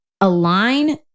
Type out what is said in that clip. align